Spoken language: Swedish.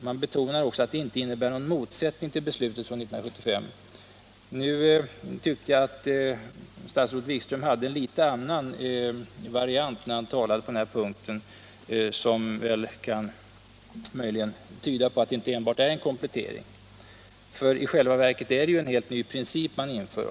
Man betonar också att det inte innebär någon motsättning till beslutet från 1975. Jag tyckte att statsrådet Wikström i sitt anförande hade en annan varia it på den här punkten som möjligen kan tyda på att det inte enbart är en komplettering. I själva verket är det ju en helt ny princip man inför.